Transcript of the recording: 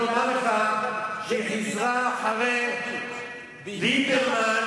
אני רוצה לומר לכם שהיא חיזרה אחרי ליברמן,